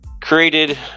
created